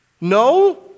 No